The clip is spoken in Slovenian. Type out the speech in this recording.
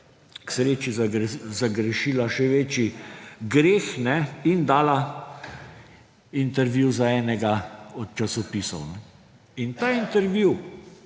k sreči zagrešila še večji greh in dala intervju za enega od časopisov. In ta intervju